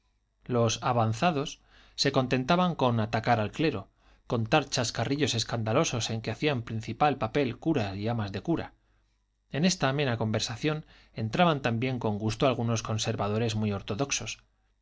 los avanzados se contentaban con atacar al clero contar chascarrillos escandalosos en que hacían principal papel curas y amas de cura en esta amena conversación entraban también con gusto algunos conservadores muy ortodoxos